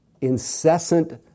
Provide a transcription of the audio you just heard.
incessant